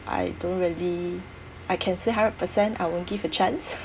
I don't really I can say hundred percent I won't give a chance